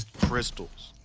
crystals.